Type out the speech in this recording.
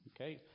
Okay